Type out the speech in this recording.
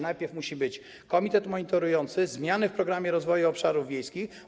Najpierw musi być komitet monitorujący, zmiany w Programie Rozwoju Obszarów Wiejskich.